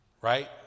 Right